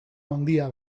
handia